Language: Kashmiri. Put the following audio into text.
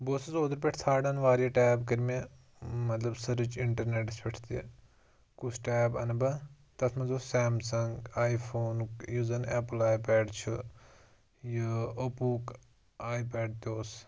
بہٕ اوسُس اوترٕ پٮ۪ٹھ ژھانڑان وارِیاہ ٹیب کٔرۍ مےٚ مطلب سٔرٕچ اِنٹرنٮ۪ٹس پٮ۪ٹھ تہِ کُس ٹیب انہٕ بہٕ تتھ منٛز اوس سیمسنٛگ آی فونُک یُس زن اٮ۪پٕل آی پیڈ چھُ یہِ اوٚپوک آی پیڈ تہِ اوس